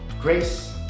Grace